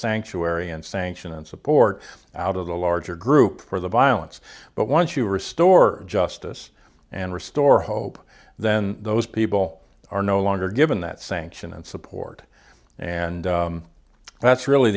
sanctuary and sanction and support out of the larger group for the violence but once you restore justice and restore hope then those people are no longer given that sanction and support and that's really